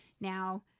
Now